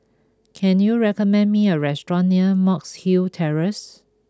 can you recommend me a restaurant near Monk's Hill Terrace